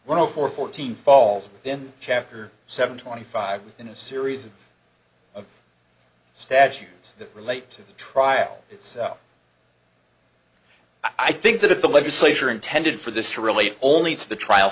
well for fourteen falls then chapter seven twenty five in a series of statutes that relate to the trial itself i think that if the legislature intended for this to really only to the trial